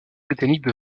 britanniques